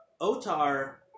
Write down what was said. otar